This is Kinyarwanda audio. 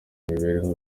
imibereho